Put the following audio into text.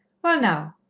well, now,